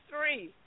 three